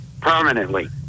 permanently